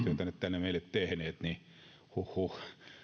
tänne meille tehneet niin huh huh